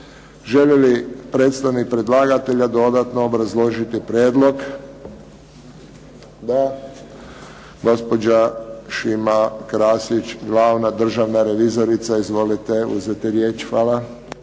Želi li predstavnik predlagatelja dodatno obrazložiti prijedlog? Da. Gospođa Šima Krasić, glavna državna revizorica. Izvolite uzeti riječ. Hvala.